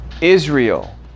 Israel